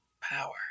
power